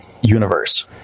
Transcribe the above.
universe